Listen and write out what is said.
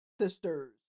Sisters